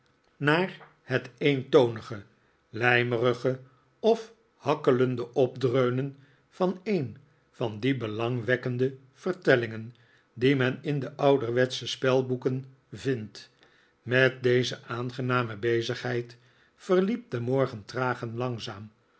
naar het eentonige lijmerige of hakkelende opdreunen van een van die belangwekkende vertellingen die men in de ouderwetsche spelboeken vindt met deze aangename bezigheid verliep de morgen traag en l'angzaam